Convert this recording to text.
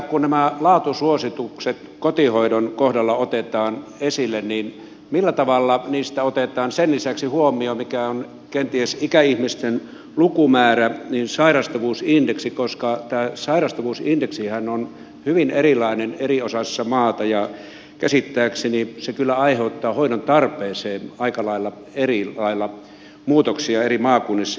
kun nämä laatusuositukset kotihoidon kohdalla otetaan esille niin millä tavalla niissä otetaan huomioon sairastavuusindeksi sen lisäksi mikä on kenties ikäihmisten lukumäärä koska tämä sairastavuusindeksihän on hyvin erilainen eri osissa maata ja käsittääkseni se kyllä aiheuttaa hoidon tarpeeseen aika lailla muutoksia eri maakunnissa